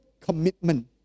commitment